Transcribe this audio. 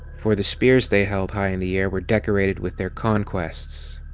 for the spears they held high in the air were decorated with their conquests.